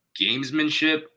gamesmanship